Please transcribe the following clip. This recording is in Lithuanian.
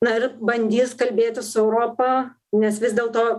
na ir bandys kalbėti su europa nes vis dėlto